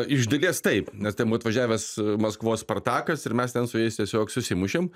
iš dalies taip nes ten buvo atvažiavęs maskvos spartakas ir mes ten su jais tiesiog susimušėm